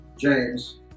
James